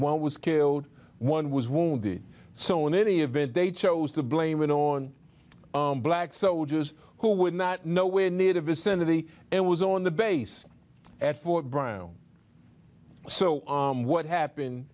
one was killed one was wounded so in any event they chose to blame it on black soldiers who would not know where near the vicinity it was on the base at fort browne so what happened